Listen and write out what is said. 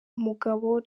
umugabo